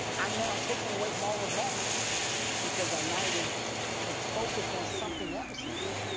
i'm now taking away from all those moments because the night is it's focused on something else now.